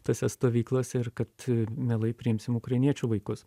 tose stovyklose ir kad mielai priimsim ukrainiečių vaikus